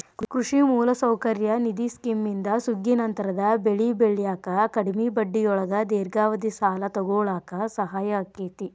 ಕೃಷಿ ಮೂಲಸೌಕರ್ಯ ನಿಧಿ ಸ್ಕಿಮ್ನಿಂದ ಸುಗ್ಗಿನಂತರದ ಬೆಳಿ ಬೆಳ್ಯಾಕ ಕಡಿಮಿ ಬಡ್ಡಿಯೊಳಗ ದೇರ್ಘಾವಧಿ ಸಾಲ ತೊಗೋಳಾಕ ಸಹಾಯ ಆಕ್ಕೆತಿ